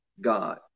God